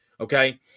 Okay